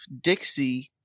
Dixie